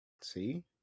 See